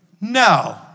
no